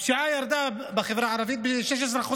הפשיעה ירדה בחברה הערבית ב-16%.